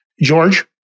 George